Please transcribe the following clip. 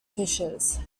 fishes